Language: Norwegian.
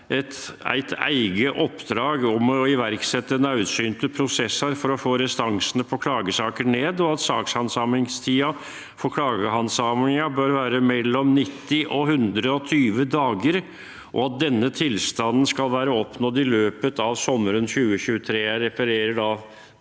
«et eget oppdrag om å iverksette nødvendige prosesser for å få restansene på klagesaker ned og at saksbehandlingstiden for klagebehandlingen bør være mellom 90 og 120 dager, og at denne tilstanden skal være oppnådd i løpet av sommeren 2023».